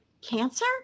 cancer